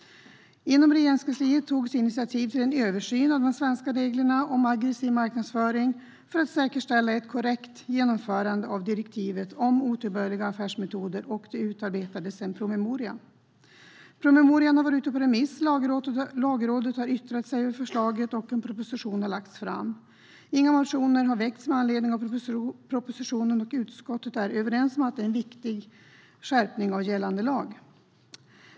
Inom Regeringskansliet togs initiativ till en översyn av de svenska reglerna om aggressiv marknadsföring för att säkerställa ett korrekt genomförande av direktivet om otillbörliga affärsmetoder, och det utarbetades en promemoria. Promemorian har varit ute på remiss, Lagrådet har yttrat sig över förslaget och en proposition har lagts fram. Inga motioner har väckts med anledning av propositionen, och utskottet är överens om att det är en viktig skärpning av gällande lag.